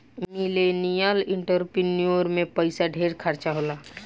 millennial entrepreneur में पइसा ढेर खर्चा होला